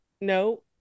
no